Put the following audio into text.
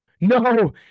no